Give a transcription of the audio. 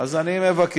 אז אני מבקש,